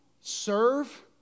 Serve